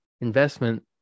investment